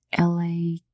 LA